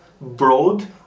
broad